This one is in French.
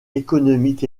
économiques